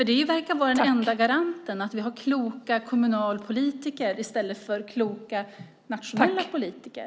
Det verkar vara den enda garanten att vi har kloka kommunalpolitiker i stället för kloka nationella politiker.